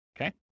Okay